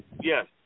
Yes